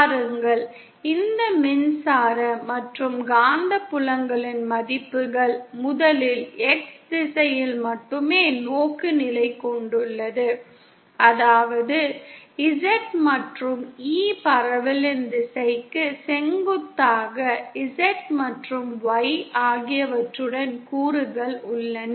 பாருங்கள் இந்த மின்சார மற்றும் காந்தப்புலங்களின் மதிப்புகள் முதலில் X திசையில் மட்டுமே நோக்குநிலை கொண்டுள்ளது அதாவது Z மற்றும் E பரவலின் திசைக்கு செங்குத்தாக Z மற்றும் Y ஆகியவற்றுடன் கூறுகள் உள்ளன